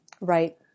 right